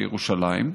מירושלים,